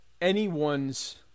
anyone's